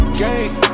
game